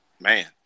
man